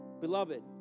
Beloved